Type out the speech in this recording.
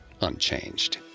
unchanged